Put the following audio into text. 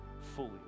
fully